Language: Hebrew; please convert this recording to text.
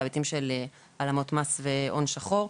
בהיבטים של העלמות מס והון שחור.